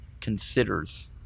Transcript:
considers